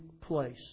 place